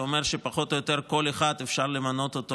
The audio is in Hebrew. שאומר שפחות או יותר אפשר למנות אותו